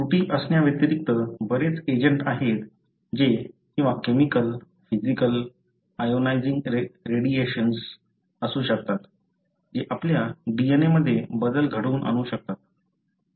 त्रुटी असण्याव्यतिरिक्त बरेच एजंट आहेत जे किंवा केमिकल फिज़िकल आयोनायझिंग रेडिएशन्स असू शकतात जे आपल्या DNA मध्ये बदल घडवून आणू शकतात